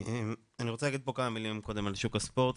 קודם אני רוצה לומר כמה מילים על שוק הספורט,